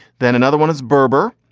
then another one is berber.